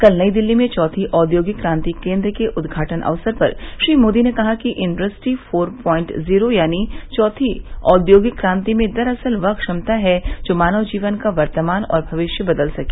कल नई दिल्ली में चौथी औघोगिक क्रांति केन्द्र के उद्घाटन अवसर पर श्री मोदी ने कहा कि इंडस्ट्री फोर पाइंट जीरो यानी चौथी औद्योगिक क्रांति में दर असल वह क्षमता है जो मानव जीवन का वर्तमान और भविष्य बदल सके